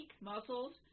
muscles